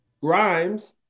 Grimes